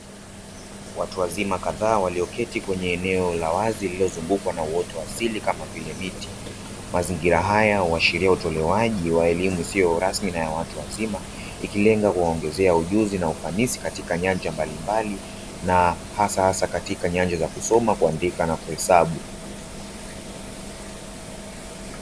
Watu wazima kadhaa wameketi katika eneo la wazi lililozungukwa na uoto wa asili kama vile miti. Mazingira haya huashiria utolewaji wa elimu isiyo rasmi na ya watu wazima. Ikilenga kuwaongezea ujuzi katika nyanja mbalimbali na hasahasa katika nyanja za kusoma, kuandika na kuhesabu.